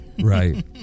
Right